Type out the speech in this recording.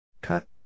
Cut